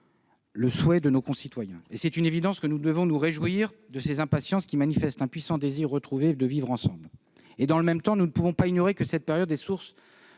le souhait de nos concitoyens. Nous devons nous réjouir de ces impatiences qui manifestent un puissant désir de retrouver le vivre ensemble. Dans le même temps, nous ne pouvons pas ignorer que cette période est source